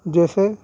جیسے